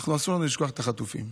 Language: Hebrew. אסור לנו לשכוח את החטופים,